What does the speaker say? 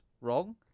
wrong